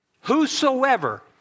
Whosoever